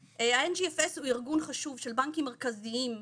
ה-NGFS הוא ארגון חשוב של בנקים מרכזיים,